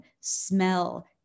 smell